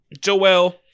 Joel